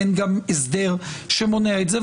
אין גם הסדר שמונע את זה.